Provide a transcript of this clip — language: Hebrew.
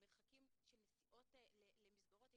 מרחקים של נסיעות למסגרות.